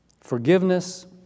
forgiveness